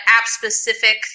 app-specific